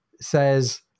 says